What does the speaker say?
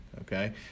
okay